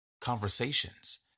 conversations